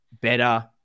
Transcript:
better